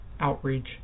outreach